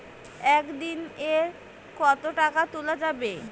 একদিন এ কতো টাকা তুলা যাবে?